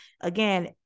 again